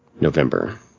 November